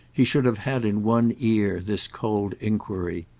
he should have had in one ear this cold enquiry.